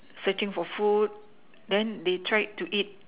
searching for food then they tried to eat